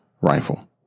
rifle